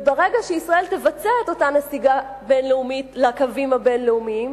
וברגע שישראל תבצע את אותה נסיגה בין-לאומית לקווים הבין-לאומיים